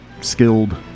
skilled